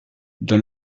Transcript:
dans